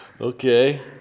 Okay